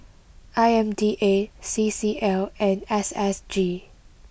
I M D A C C L and S S G